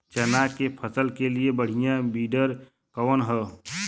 चना के फसल के लिए बढ़ियां विडर कवन ह?